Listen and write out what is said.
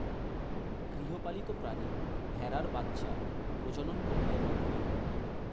গৃহপালিত প্রাণী ভেড়ার বাচ্ছা প্রজনন প্রক্রিয়ার মাধ্যমে হয়